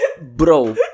bro